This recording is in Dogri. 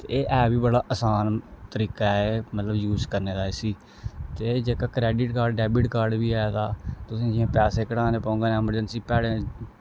ते एह् ऐ बी बड़ा असान तरीका ऐ मतलब यूज करने दा इसी ते जेह्का क्रैडिट कार्ड डैबिट कार्ड बी आए दा तुसें जियां पैसे कढाने पौङन ऐमरजैंसी पैड़े